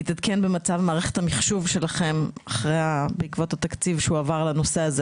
במצב מערכת המחשוב שלכם בעקבות התקציב שהועבר לנושא הזה,